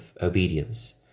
obedience